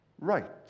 right